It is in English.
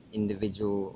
individual